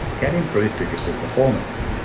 can improve physical performance.